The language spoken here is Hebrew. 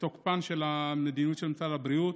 תוקפה של המדיניות של משרד הבריאות.